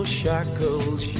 shackles